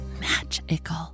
magical